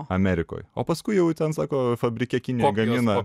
amerikoj o paskui jau ten sako fabrike kinija gamina